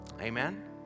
Amen